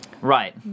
Right